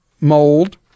mold